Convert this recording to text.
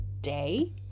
day